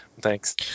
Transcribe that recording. Thanks